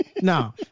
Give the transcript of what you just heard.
no